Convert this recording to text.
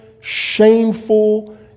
shameful